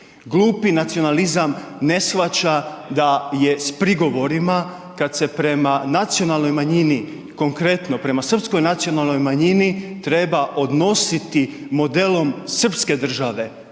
Glupi nacionalizam ne shvaća da je s prigovorima kad se prema nacionalnoj manjini, konkretno prema srpskoj nacionalnoj manjini, treba odnositi modelom srpske države